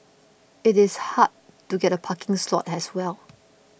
it is hard to get a parking slot as well